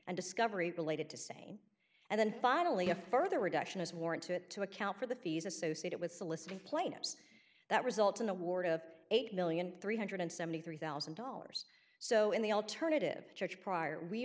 and discovery related to say and then finally a further reduction as more into it to account for the fees associated with soliciting plaintiffs that result in award of eight million three hundred seventy three thousand dollars so in the alternative church prior we